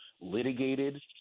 litigated